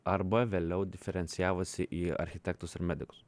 arba vėliau diferencijavosi į architektus ir medikus